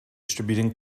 distributing